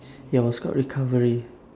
ya was called recovery